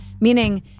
meaning